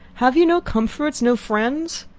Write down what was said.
have you no comforts? no friends?